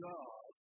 God